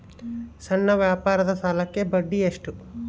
ಸಣ್ಣ ವ್ಯಾಪಾರದ ಸಾಲಕ್ಕೆ ಬಡ್ಡಿ ಎಷ್ಟು?